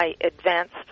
advanced